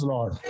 Lord।